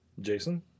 Jason